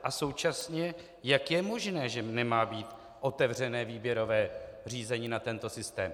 A současně jak je možné, že nemá být otevřené výběrové řízení na tento systém.